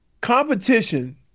competition